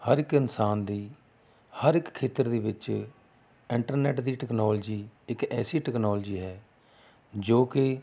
ਹਰ ਇੱਕ ਇਨਸਾਨ ਦੀ ਹਰ ਇੱਕ ਖੇਤਰ ਦੇ ਵਿੱਚ ਇੰਟਰਨੈੱਟ ਦੀ ਟੈਕਨਾਲੋਜੀ ਇੱਕ ਐਸੀ ਟੈਕਨਾਲੋਜੀ ਹੈ ਜੋ ਕਿ